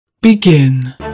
Begin